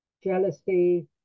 jealousy